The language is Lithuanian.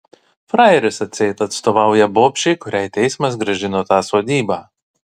frajeris atseit atstovauja bobšei kuriai teismas grąžino tą sodybą